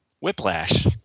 whiplash